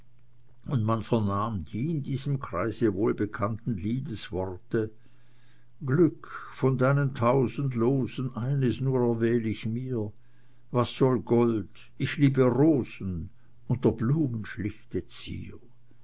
und man vernahm die in diesem kreise wohlbekannten liedesworte glück von deinen tausend losen eines nur erwähl ich mir was soll gold ich liebe rosen und der blumen schlichte zier